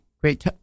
Great